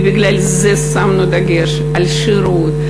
בגלל זה שמנו דגש על שירות,